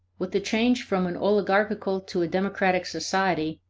with the change from an oligarchical to a democratic society,